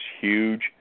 huge